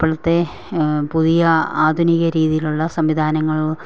ഇപ്പോഴത്തെ പുതിയ ആധുനിക രീതിയിലുള്ള സംവിധാനങ്ങൾ